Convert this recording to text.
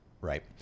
Right